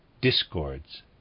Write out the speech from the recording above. Discords